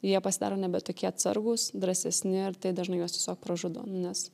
jie pasidaro nebe tokie atsargūs drąsesni ir tai dažnai juos tiesiog pražudo nes